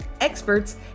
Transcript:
experts